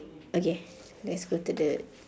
okay let's go to the